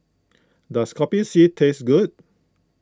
does Kopi C taste good